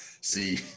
See